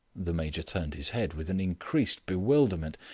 the major turned his head with an increased bewilderment.